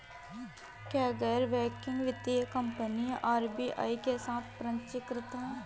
क्या गैर बैंकिंग वित्तीय कंपनियां आर.बी.आई के साथ पंजीकृत हैं?